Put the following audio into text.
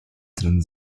drin